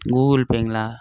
கூகுள்பேங்களா